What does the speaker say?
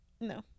No